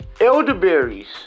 Elderberries